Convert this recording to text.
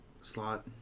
slot